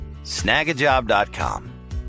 snagajob.com